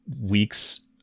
weeks